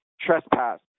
Trespass